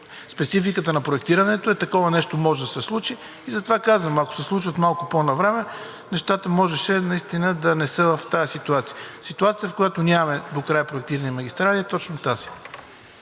спецификата на проектирането, такова нещо може да се случи и затова казвам, ако се случват малко по-навреме, нещата можеше наистина да не са в тази ситуация. Ситуацията, в която нямаме докрай проектирани магистрали, е точно тази.